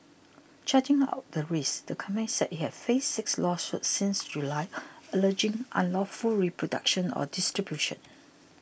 charting out the risks the company said it had faced six lawsuits since July alleging unlawful reproduction or distribution